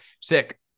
sick